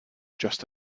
just